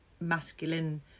masculine